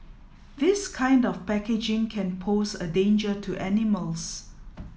this kind of packaging can pose a danger to animals